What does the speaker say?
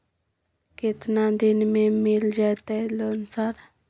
केतना दिन में मिल जयते लोन सर?